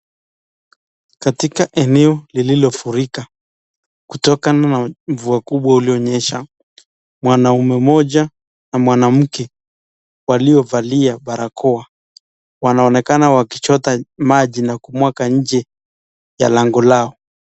Katika eneo lililofurika kutokana na mvua kubwa ulionyesha, mwanaume moja na mwanamke waliovalia barakoa wanaonekana wakichota maji na kumwaga nje ya lango lao.